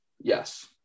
Yes